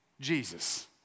Jesus